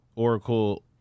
Oracle